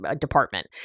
department